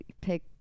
pick